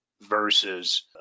versus